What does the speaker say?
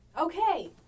Okay